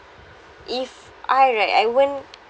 if I right I won't